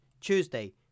Tuesday